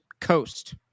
coast